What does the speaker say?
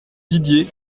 didier